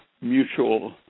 mutual